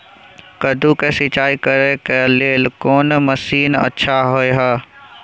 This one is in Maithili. कद्दू के सिंचाई करे के लेल कोन मसीन अच्छा होय है?